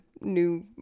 new